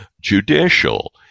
judicial